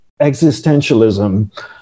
existentialism